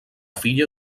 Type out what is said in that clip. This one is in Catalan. filla